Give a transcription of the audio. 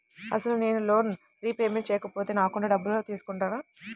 అసలు నేనూ loan repayment చేయకపోతే నా అకౌంట్లో డబ్బులు తీసుకుంటారా?